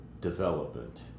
development